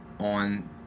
on